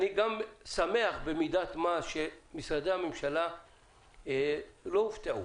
אני שמח במידת מה שמשרדי הממשלה לא הופתעו,